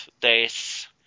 days